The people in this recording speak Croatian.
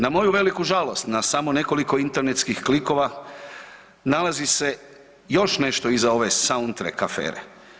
Na moju veliku žalost, na samo nekoliko internetskih klikova, nalazi se još nešto iza ove soundtrack afere.